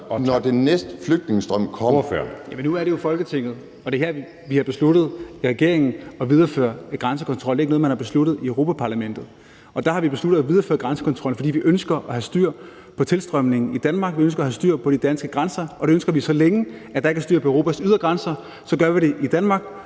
14:52 Bjørn Brandenborg (S): Jamen nu er det her jo Folketinget, og det er her, vi i regeringen har besluttet at videreføre grænsekontrollen. Det er ikke noget, man har besluttet i Europa-Parlamentet. Og vi har besluttet at videreføre grænsekontrollen, fordi vi ønsker at have styr på tilstrømningen i Danmark og vi ønsker at have styr på de danske grænser. Og så længe der ikke er styr på Europas ydre grænser, ønsker vi det i Danmark,